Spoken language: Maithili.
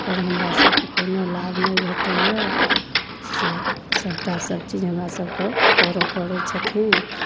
ओकरा हमरासबके कोनो लाभ नहि भेटैए से सबटा सबचीज हमरासबके करऽ पड़ै छथिन